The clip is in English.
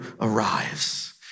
arrives